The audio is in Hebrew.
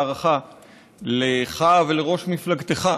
הערכה לך ולראש מפלגתך.